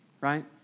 right